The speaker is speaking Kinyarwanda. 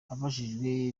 abajijwe